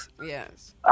Yes